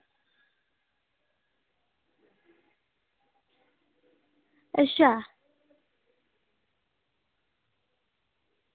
अच्छा